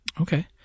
Okay